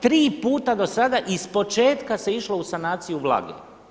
Tri puta do sada iz početka se išlo u sanaciju vlage.